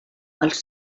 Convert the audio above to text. els